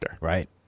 Right